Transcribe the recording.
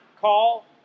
call